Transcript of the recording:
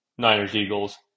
Niners-Eagles